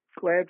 glad